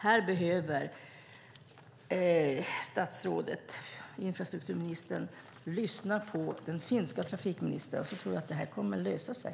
Här behöver infrastrukturministern lyssna på den finska trafikministern. Då tror jag att detta kommer att lösa sig.